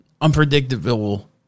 unpredictable